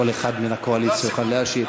כל אחד מן הקואליציה יוכל להשיב?